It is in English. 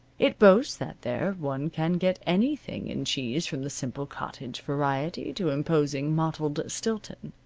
it boasts that there one can get anything in cheese from the simple cottage variety to imposing mottled stilton.